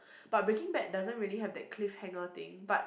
but Breaking Bad doesn't really have that cliffhanger thing but